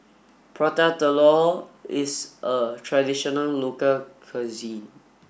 Prata Telur is a traditional local cuisine